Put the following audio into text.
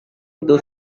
itu